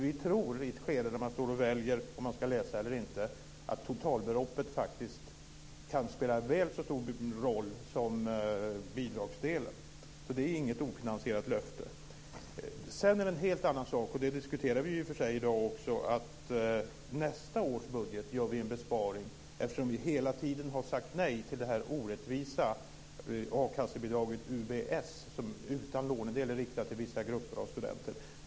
Vi tror nämligen att i ett skede där man står och väljer mellan att läsa eller inte kan totalbeloppet faktiskt spela en väl så stor roll som bidragsdelen. Det är alltså inte något ofinansierat löfte. Sedan är det en helt annan sak - och det diskuterar vi i och för sig i dag - att vi i nästa års budget gör en besparing. Vi har ju hela tiden sagt nej till det orättvisa a-kassebidrag, UBS, som saknar lånedel och är riktat till vissa grupper av studenter.